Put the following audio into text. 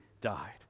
died